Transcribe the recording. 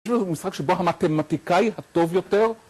‫יש לי משחק שבו המתמטיקאי ‫הטוב יותר.